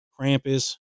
Krampus